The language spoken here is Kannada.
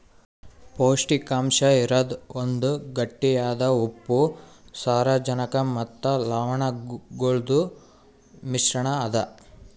ಪೌಷ್ಟಿಕಾಂಶ ಇರದ್ ಒಂದ್ ಗಟ್ಟಿಯಾದ ಉಪ್ಪು, ಸಾರಜನಕ ಮತ್ತ ಲವಣಗೊಳ್ದು ಮಿಶ್ರಣ ಅದಾ